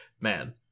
man